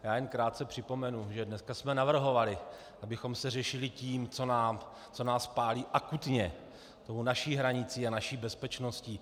Já jen krátce připomenu, že dneska jsme navrhovali, abychom se řídili tím, co nás pálí akutně, tou naší hranicí a naší bezpečností.